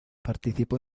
participó